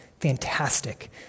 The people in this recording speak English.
fantastic